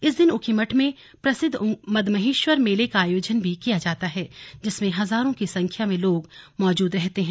इस दिन ऊखीमठ में प्रसिद्ध मदमहेश्वर मेले का आयोजन भी किया जाता है जिसमें हजारों की संख्या में लोग मौजूद रहते हैं